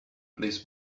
this